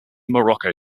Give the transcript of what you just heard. morocco